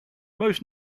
most